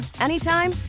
anytime